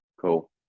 Cool